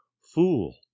fool